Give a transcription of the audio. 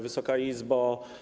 Wysoka Izbo!